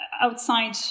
outside